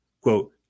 Quote